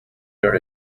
your